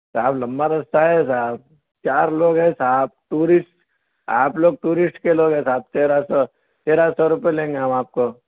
صاحب لمبا رستہ ہے صاحب چار لوگ ہیں صاحب ٹورسٹ آپ لوگ ٹورسٹ کے لوگ ہیں تیرہ سو تیرہ سو روپئے لیں گے ہم آپ کو